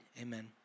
amen